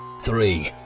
Three